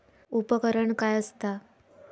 उपकरण काय असता?